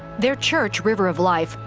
their church, river of life,